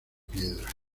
piedra